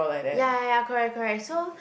ya ya ya correct correct so